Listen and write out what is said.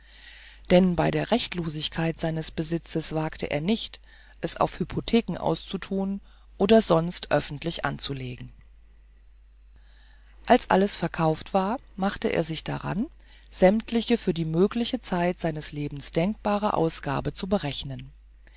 denn bei der rechtlosigkeit seines besitzes wagte er nicht es auf hypotheken auszutun oder sonst öffentlich anzulegen als alles verkauft war machte er sich daran sämtliche für die mögliche zeit seines lebens denkbare ausgaben zu berechnen